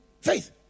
Faith